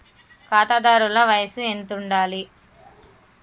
ఖాతాదారుల వయసు ఎంతుండాలి?